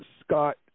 Scott